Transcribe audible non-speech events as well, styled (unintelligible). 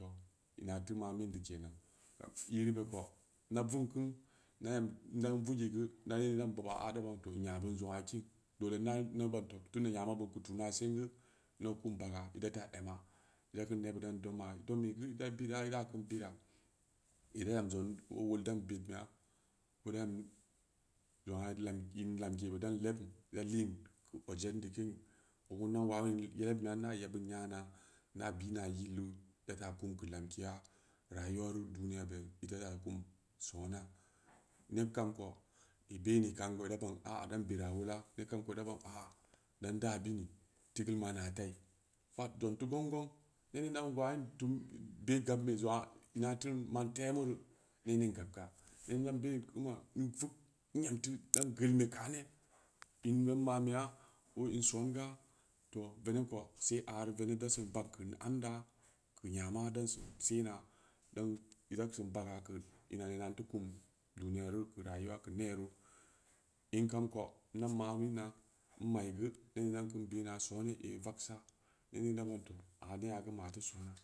Ina teu mamin deu kenan iribe kou inda vugnkeu inda em-inda in vugge geu inda yidda'an boba a daban keu nya'a beun keu zong'aa kiin dole inda ban too tunda nya'ama beun keu tuna sen geu beu dau keun baga ida ta ema idakeun dan nebud doma idom geu ida-idai da keun bira ida em zong ko wol da'an bed beya ko da em zong'aa in lam-in lamke be daan lebm ida liin keu ojeddi keun ogeu inda'an wawin lebmbeya ida yabud nya'ana na bina yil deu data kum keu lamkeya rayuwaru duniyabe ida ta kum sona neb kam kou ibenni kan kou ida ban aa inda'n bera wola neb kamkou da ban a-a dan-daa bini tigeul ma'anna ta'i pat zong teu gong-gong nening da'an wawin dun bei gabe zong'aa ina teun ma'an kpang temureu nening gab ga (unintelligible) in vug inem teu da'an geul be kane inhud ma'anbeya ko in songa to veneb kou sei ari veneb da sin banin keu anda keu yama da an sin sena dan ida sin baga keu ina-ina in teu kum duniyaru keu rayuwa keu neru in kam kou na'an mamina in mai geu eei da'an kiin bina sonei aa vagsa inning dan ba'an too aa neya geu ma teu sona